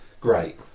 great